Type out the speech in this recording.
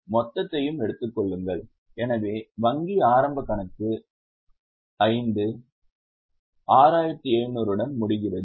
எனவே மொத்தத்தை எடுத்துக் கொள்ளுங்கள் எனவே வங்கி ஆரம்ப கணக்கு 5 6700 உடன் முடிகிறது